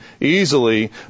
easily